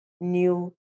new